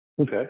Okay